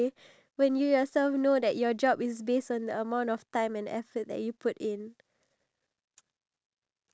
okay so this question I feel like it's a it's a sad question